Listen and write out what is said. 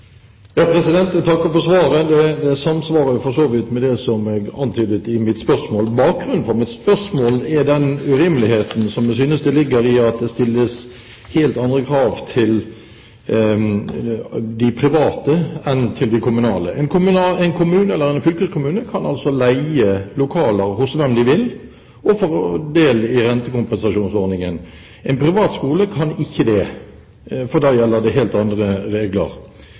Jeg takker for svaret. Det samsvarer for så vidt med det jeg antydet i mitt spørsmål. Bakgrunnen for mitt spørsmål er den urimeligheten jeg synes det ligger i at det stilles helt andre krav til de private enn til de kommunale. En kommune eller en fylkeskommune kan altså leie lokaler hos hvem de vil og få del i rentekompensasjonsordningen. En privat skole kan ikke det, for da gjelder det helt andre regler.